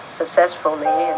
successfully